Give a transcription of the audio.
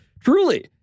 truly